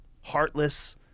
heartless